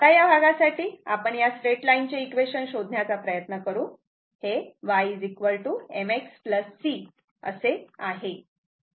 आता या भागासाठी आपण या स्ट्रेट लाईनचे इक्वेशन शोधण्याचा प्रयत्न करू हे y mx c असे आहे